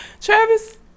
Travis